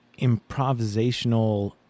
improvisational